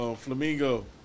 Flamingo